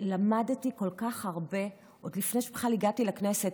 למדתי כל כך הרבה עוד לפני שבכלל הגעתי לכנסת,